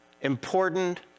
important